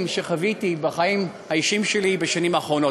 שחוויתי בחיים האישיים שלי בשנים האחרונות.